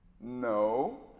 No